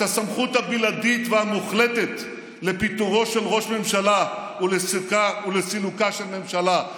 הסמכות הבלעדית והמוחלטת לפיטורו של ראש ממשלה ולסילוקה של ממשלה".